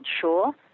sure